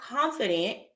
confident